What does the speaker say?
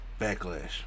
Backlash